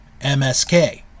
MSK